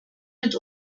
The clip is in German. mit